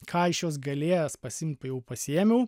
ką iš jos galėjęs pasiimt jau pasiėmiau